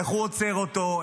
איך הוא עוצר אותו,